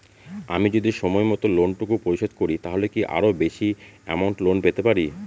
আমি যদি সময় মত লোন টুকু পরিশোধ করি তাহলে কি আরো বেশি আমৌন্ট লোন পেতে পাড়ি?